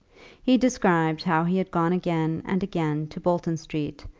he described how he had gone again and again to bolton street,